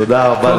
תודה רבה לכולם.